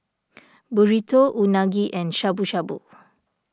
Burrito Unagi and Shabu Shabu